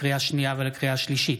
לקריאה שנייה ולקריאה שלישית: